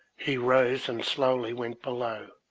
he rose and slowly went below,